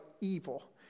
evil